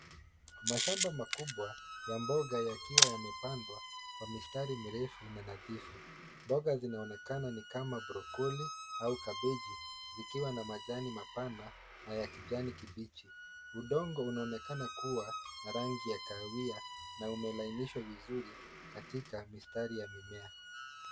Mashamba makubwa ya mboga yakiwa yamepandwa kwa mistari mirefu na nadhifu. Mboga zinaonekana ni kama brokoli au kabeji zikiwa na majani mapana na ya kijani kibichi. Udongo unaonekana kuwa na rangi ya kahawia na umelainishwa vizuri katika mistari ya mimea.